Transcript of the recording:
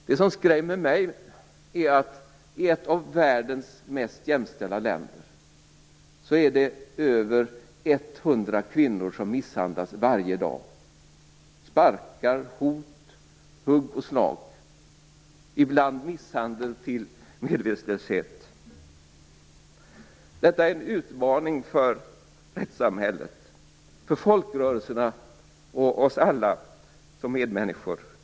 Det som skrämmer mig är att i ett av världens mest jämställda länder är det över 100 kvinnor som misshandlas varje dag med sparkar, hot, hugg och slag, och ibland leder misshandeln till medvetslöshet. Detta är en utmaning för rättssamhället, folkrörelserna och för oss alla som medmänniskor.